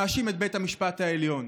מאשים את בית המשפט העליון.